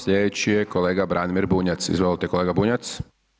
Slijedeći je kolega Branimir Bunjac, izvolite kolega Bunjac.